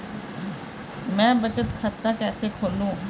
मैं बचत खाता कैसे खोलूं?